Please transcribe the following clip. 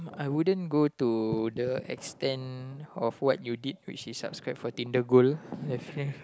I wouldn't go to the extent of what you did which is subscribe for Tinder gold I feel